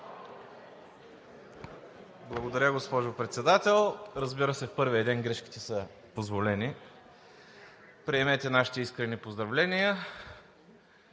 Благодаря, госпожо Председател. Разбира се, в първия ден грешките са позволени. Приемете нашите искрени поздравления.